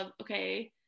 okay